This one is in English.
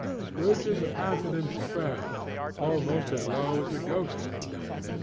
scrooge's countenance fell almost as low as the ghost's had done.